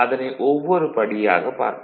அதனை ஒவ்வொரு படியாகப் பார்ப்போம்